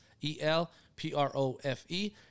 E-L-P-R-O-F-E